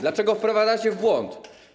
Dlaczego wprowadzacie w błąd?